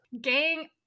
Gang